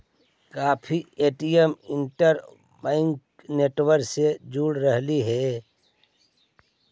काफी ATM interbank network से जुड़ल रहऽ हई